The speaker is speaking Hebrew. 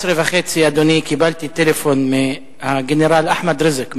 ב-11:30 קיבלתי טלפון מהגנרל אחמד ריזיק,